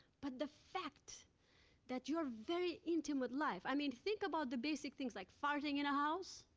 but the fact that you're very intimate life i mean, think about the basic things like farting in a house.